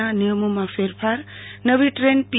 ના નિયમોમાં ફેરફાર નવી ટ્રેન પી